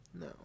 no